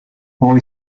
boy